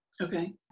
Okay